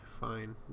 fine